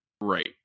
Right